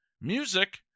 music